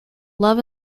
love